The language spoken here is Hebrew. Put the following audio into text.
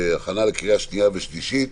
התשפ"א-2021 (מ/1391) הכנה לקריאה שנייה ושלישית.